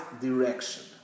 direction